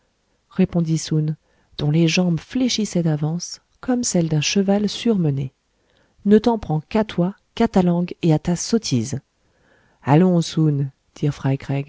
répondit soun dont les jambes fléchissaient d'avance comme celles d'un cheval surmené ne t'en prends qu'à toi qu'à ta langue et à ta sottise allons